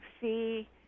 see